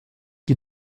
qui